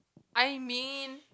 I mean